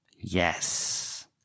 Yes